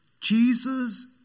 Jesus